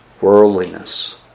Worldliness